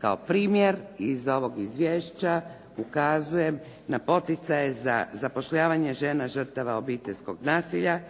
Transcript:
Kao primjer iz ovog izvješća ukazujem na poticaje za zapošljavanje žena žrtava obiteljskog nasilja,